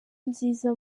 nziza